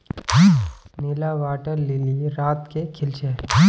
नीला water lily रात के खिल छे